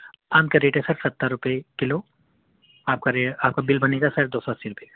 آم کا ریٹ ہے سر ستر روپئے کلو آپ کا آپ کا بل بنے گا سر دوسو اَسی روپئے کا